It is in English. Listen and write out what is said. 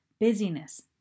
busyness